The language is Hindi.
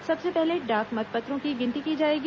सबसे पहले डाक मतपत्रों की गिनती की जाएगी